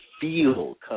feel